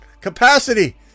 capacity